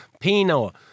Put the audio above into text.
Pino